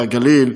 הנגב והגליל,